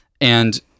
and-